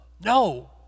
No